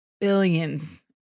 Billions